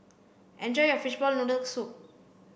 enjoy your fishball noodle soup